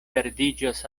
perdiĝas